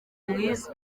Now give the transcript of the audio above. mwiza